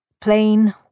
Plain